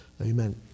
Amen